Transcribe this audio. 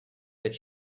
that